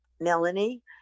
Melanie